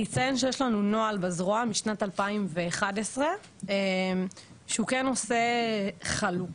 אני אציין שיש לנו נוהל בזרוע משנת 2011 שהוא כן עושה חלוקה,